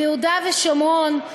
ליהודה ושומרון,